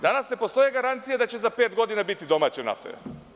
Danas ne postoje garancije da će za pet godina biti domaće nafte.